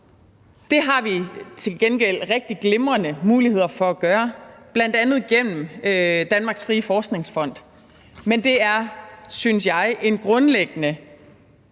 Det har vi til gengæld rigtig glimrende muligheder for at gøre, bl.a. gennem Danmarks Frie Forskningsfond, men det er, synes jeg, en grundlæggende